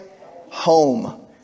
home